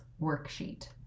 worksheet